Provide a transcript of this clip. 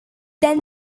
then